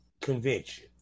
convention